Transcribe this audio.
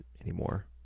anymore